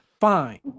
Fine